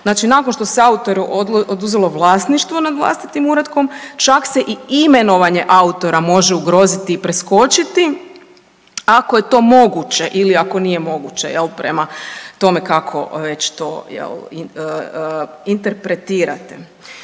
Znači, nakon što se autoru oduzelo vlasništvo nad vlastitim uratkom čak se i imenovanje autora može ugroziti i preskočiti ako je to moguće ili ako nije moguće prema tome kako to već interpretirate.